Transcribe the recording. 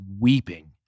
weeping